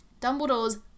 Dumbledore's